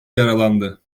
yaralandı